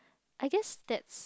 I guess that